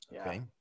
Okay